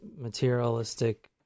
materialistic